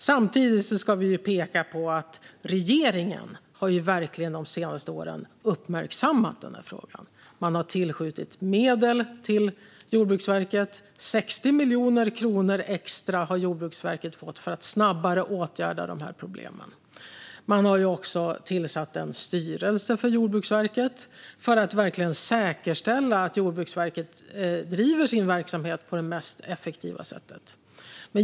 Samtidigt ska vi peka på att regeringen de senaste åren verkligen har uppmärksammat frågan. Man har tillskjutit medel till Jordbruksverket. Jordbruksverket har fått 60 miljoner kronor extra för att snabbare åtgärda problemen. Regeringen har också tillsatt en styrelse för Jordbruksverket för att verkligen säkerställa att Jordbruksverket driver sin verksamhet på det mest effektiva sättet.